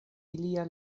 ilia